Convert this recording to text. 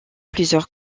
plusieurs